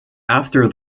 after